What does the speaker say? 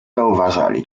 zauważali